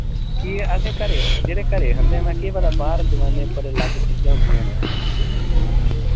कि केह् असें घरे जेह्ड़े घरे खंदे म्है केह् पता बाह्र दुकाने पर अलग चीजां होंदियां होन